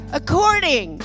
according